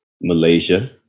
Malaysia